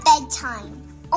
bedtime